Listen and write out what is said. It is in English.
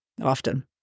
often